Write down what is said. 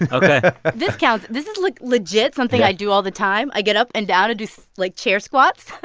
and ok this counts. this is, like, legit something i do all the time. i get up and down and do, so like, chair squats